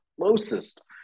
closest